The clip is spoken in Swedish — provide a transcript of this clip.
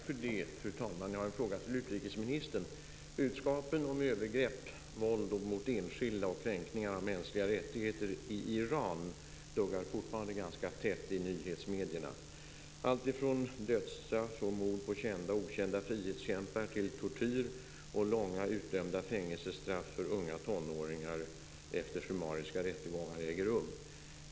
Fru talman! Jag har en fråga till utrikesministern. Budskapen om övergrepp, våld mot enskilda och kränkningar av mänskliga rättigheter i Iran duggar fortfarande ganska tätt i nyhetsmedierna. Alltifrån dödsstraff och mord på kända och okända frihetskämpar till tortyr och långa utdömda fängelsestraff för unga tonåringar efter summariska rättegångar äger rum.